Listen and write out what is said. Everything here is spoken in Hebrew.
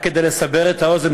רק כדי לסבר את האוזן,